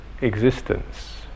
existence